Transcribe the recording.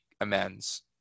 amends